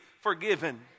forgiven